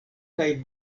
kaj